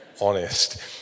honest